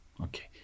Okay